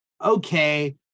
Okay